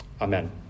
Amen